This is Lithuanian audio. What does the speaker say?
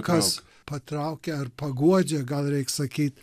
kas patraukia ar paguodžia gal reik sakyti